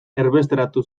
erbesteratu